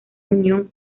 unión